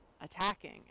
attacking